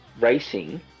racing